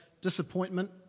disappointment